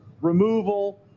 removal